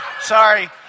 Sorry